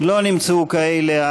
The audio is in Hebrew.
לא נמצאו כאלה.